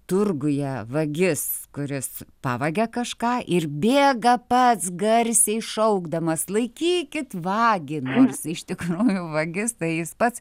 turguje vagis kuris pavagia kažką ir bėga pats garsiai šaukdamas laikykit vagį nors iš tikrųjų vagis tai jis pats